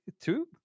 two